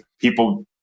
people